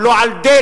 בלו על דלק,